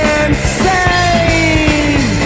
insane